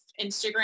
Instagram